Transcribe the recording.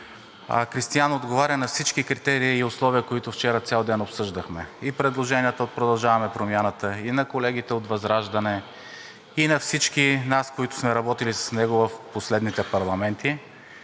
Кристиан отговаря на всички критерии и условия, които вчера цял ден обсъждахме. И предложенията от „Продължаваме Промяната“, и на колегите от ВЪЗРАЖДАНЕ, и на всички нас, които сме работили с него в последните парламенти,